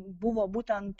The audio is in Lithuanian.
buvo būtent